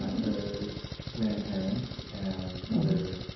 her grandparents and other